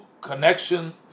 connection